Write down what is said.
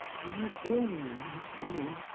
i was born there after all.